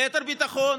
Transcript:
ליתר ביטחון,